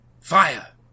Fire